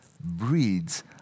breeds